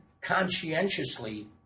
conscientiously